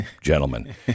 gentlemen